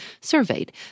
surveyed